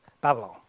Babylon